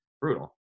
brutal